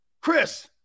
Chris